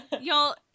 Y'all